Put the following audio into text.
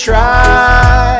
Try